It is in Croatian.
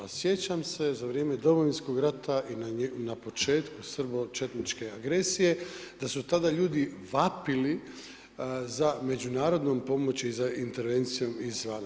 A sjećam se za vrijeme domovinskog rata i na početku srbočetničke agresije da su tada ljudi vapili za međunarodnom pomoći za intervencijom izvana.